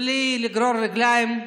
בלי לגרור רגליים.